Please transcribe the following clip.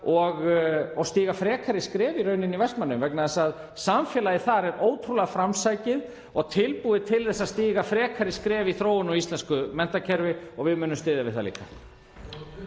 og stíga frekari skref í Vestmannaeyjum vegna þess að samfélagið þar er ótrúlega framsækið og tilbúið til að stíga frekari skref í þróun á íslensku menntakerfi og við munum styðja við það líka.